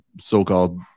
so-called